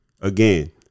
Again